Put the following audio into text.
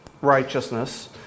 righteousness